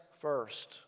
first